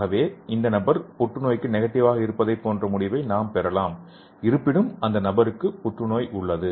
ஆகவே அந்த நபர் புற்றுநோய்க்கு நெகட்டிவாக இருப்பதைப் போன்ற முடிவை நாம் பெறலாம் இருப்பினும் அந்த நபருக்கு புற்றுநோய் உள்ளது